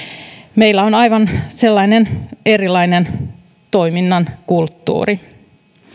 meillä on aivan sellainen erilainen toiminnan kulttuuri